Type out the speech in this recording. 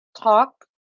talk